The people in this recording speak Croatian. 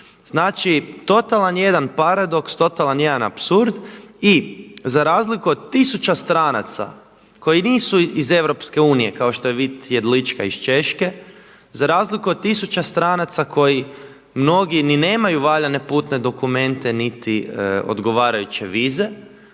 Znači totalan jedan paradoks, totalan jedan apsurd i za razliku od tisuća stranaca koji nisu iz EU kao što je Vit Jedlička iz Češke, za razliku od tisuća stranaca koji mnogi ni nemaju valjane putne dokumente niti odgovarajuće vize,